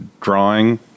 drawing